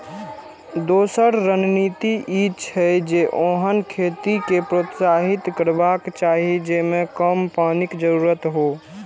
दोसर रणनीति ई छै, जे ओहन खेती कें प्रोत्साहित करबाक चाही जेइमे कम पानिक जरूरत हो